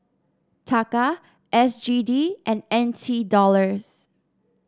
Taka S G D and N T Dollars